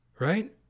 Right